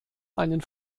einen